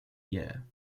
year